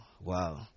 Wow